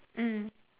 mm